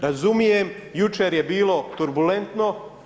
Razumijem jučer je bilo turbulentno.